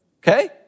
Okay